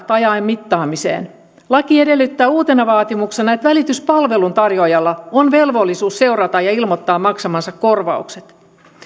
tai ajan mittaamiseen laki edellyttää uutena vaatimuksena että välityspalvelun tarjoajalla on velvollisuus seurata ja ilmoittaa maksamansa korvaukset